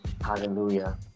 Hallelujah